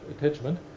attachment